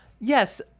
yes